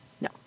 No